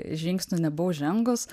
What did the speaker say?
žingsnių nebuvau žengus